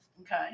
Okay